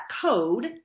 code